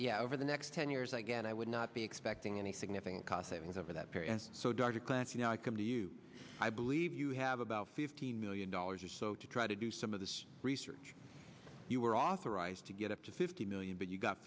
yeah over the next ten years again i would not be expecting any significant cost savings over that period so dr clancy i come to you i believe you have about fifteen million dollars or so to try to do some of this research you were authorized to get up to fifty million but you got